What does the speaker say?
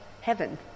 heaven